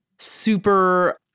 super